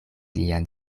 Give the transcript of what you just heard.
lian